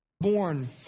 born